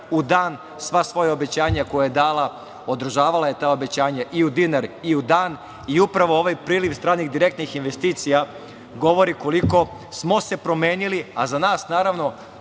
u dan. Sva svoja obećanja koja je dala, održavala je ta obećanja i u dinar u dan. Upravo ovaj priliv stranih direktnih investicija govori koliko smo se promenili, a za nas naravno,